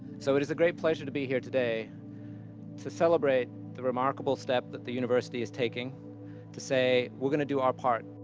so, it is a great pleasure to be here today to celebrate the remarkable step that the university is taking to say, we're gonna do our part.